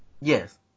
Yes